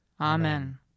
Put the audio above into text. Amen